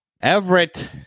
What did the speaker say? Everett